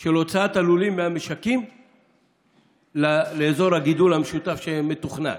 של הוצאת הלולים מהמשקים לאזור הגידול המשותף שמתוכנן.